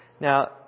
Now